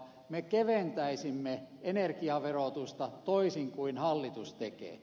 me keventäisimme energiaverotusta toisin kuin hallitus tekee